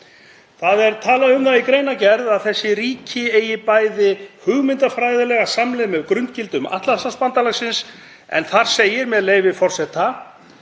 Það er talað um það í greinargerð að þessi ríki eigi bæði hugmyndafræðilega samleið með grunngildum Atlantshafsbandalagsins, en þar segir, með leyfi forseta,